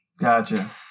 Gotcha